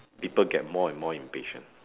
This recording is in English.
people get more and more impatient